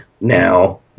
now